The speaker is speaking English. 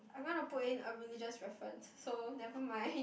I'm gonna put in a religious reference so never mind